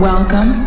Welcome